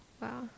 Wow